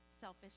selfish